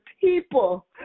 people